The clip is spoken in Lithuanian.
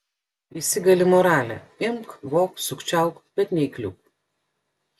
įsigali moralė imk vok sukčiauk bet neįkliūk